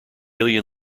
alien